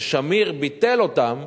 ששמיר ביטל אותם,